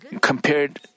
compared